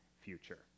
future